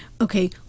okay